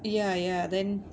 ya ya then